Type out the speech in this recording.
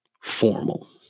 formal